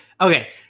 Okay